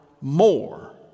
more